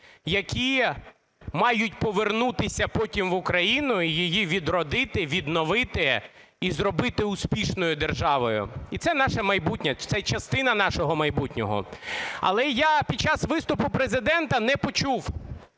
які мають повернутися потім в Україну і її відродити, відновити і зробити успішною державою, і це наше майбутнє, це частина нашого майбутнього. Але я під час виступу Президента не почув,